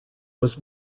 was